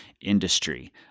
industry